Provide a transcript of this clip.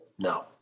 No